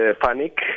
panic